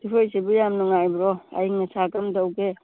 ꯑꯩꯈꯣꯏ ꯁꯤꯕꯨ ꯌꯥꯝ ꯅꯨꯡꯉꯥꯏꯕ꯭ꯔꯣ ꯑꯏꯪ ꯑꯁꯥ ꯀꯔꯝ ꯇꯧꯒꯦ